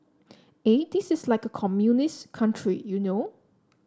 eh this is like a communist country you know